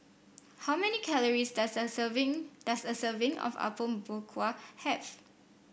how many calories does a serving does a serving of Apom Berkuah have